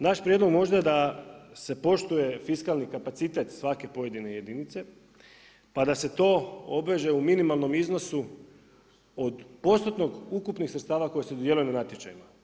Naš prijedlog da se poštuje fiskalni kapacitet svake pojedine jedinice, pa da se to obveže u minimalnom iznosu od postotnog, ukupnih sredstava koji se dodjeljuje na natječajima.